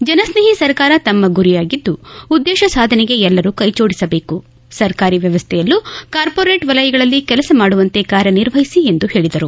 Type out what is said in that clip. ಜನಸ್ನೇಹಿ ಸರ್ಕಾರ ತಮ್ಮ ಗುರಿಯಾಗಿದ್ದು ಉದ್ದೇಶ ಸಾಧನೆಗೆ ಎಲ್ಲರೂ ಕೈಜೋಡಿಸಬೇಕು ಸರ್ಕಾರಿ ವ್ಯವಸ್ಥೆಯಲ್ಲೂ ಕಾರ್ಹೋರೇಟ್ ವಲಯಗಳಲ್ಲಿ ಕೆಲಸ ಮಾಡುವಂತೆ ಕಾರ್ಯನಿರ್ವಹಿಸಿ ಎಂದು ಹೇಳಿದರು